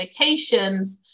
medications